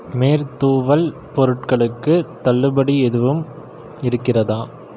மேற்தூவல் பொருட்களுக்கு தள்ளுபடி எதுவும் இருக்கிறதா